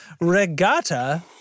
regatta